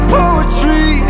poetry